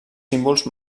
símbols